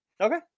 Okay